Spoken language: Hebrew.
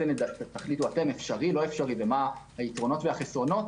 תחליטו אתם אם אפשרי או לא ומה היתרונות והחסרונות